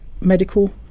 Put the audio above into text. medical